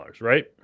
right